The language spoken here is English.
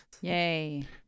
yay